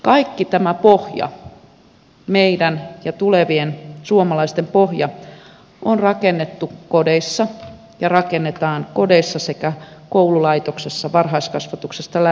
kaikki tämä pohja meidän ja tulevien suomalaisten pohja on rakennettu kodeissa ja rakennetaan kodeissa sekä koululaitoksessa varhaiskasvatuksesta lähtien